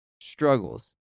struggles